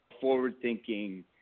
forward-thinking